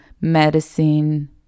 medicine